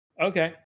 Okay